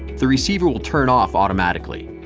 the receiver will turn off automatically.